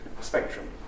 spectrum